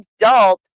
adult